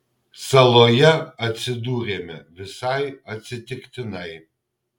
saloje atsidūrėme visai atsitiktinai